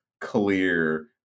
clear